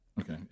Okay